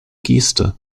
geste